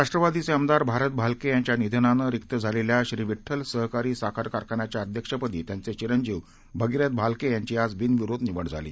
राष्ट्रवादीचेआमदारभारतभालकेयांच्यानिधनानरिक्तझालेल्याश्रीविड्ठलसहकारीसाखरकारखान्याच्याअध्यक्षपदीत्यांचेचिरंजीवभ गीरथभालकेयांचीआजबिनविरोधनिवडझाली